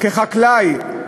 כחקלאי,